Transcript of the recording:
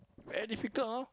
very difficult ah